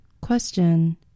Question